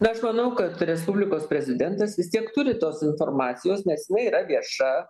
na aš manau kad respublikos prezidentas vis tiek turi tos informacijos nes jinai yra vieša